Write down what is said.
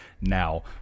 now